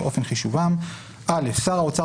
ואופן חישובם 5ג. (א)שר האוצר,